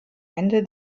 ende